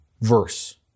verse